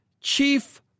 chief